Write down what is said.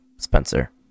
Spencer